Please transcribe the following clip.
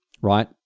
right